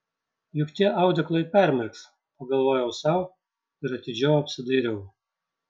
juk tie audeklai permirks pagalvojau sau ir atidžiau apsidairiau